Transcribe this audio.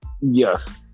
Yes